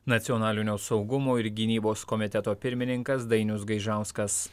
nacionalinio saugumo ir gynybos komiteto pirmininkas dainius gaižauskas